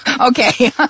Okay